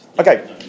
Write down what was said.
Okay